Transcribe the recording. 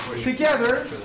Together